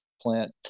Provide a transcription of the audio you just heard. plant